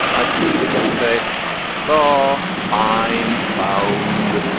i see. but yesterday i saw, find, found,